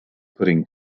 putting